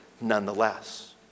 nonetheless